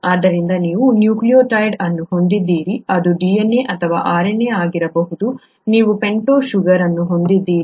ಆದ್ದರಿಂದ ನೀವು ನ್ಯೂಕ್ಲಿಯೊಟೈಡ್ ಅನ್ನು ಹೊಂದಿದ್ದೀರಿ ಅದು DNA ಅಥವಾ RNA ಆಗಿರಬಹುದು ನೀವು ಪೆಂಟೋಸ್ ಶುಗರ್ ಅನ್ನು ಹೊಂದಿದ್ದೀರಿ